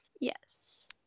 Yes